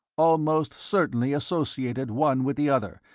almost certainly associated one with the other,